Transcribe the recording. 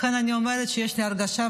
לכן אני אומרת שיש לי הרגשה,